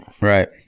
Right